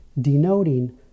denoting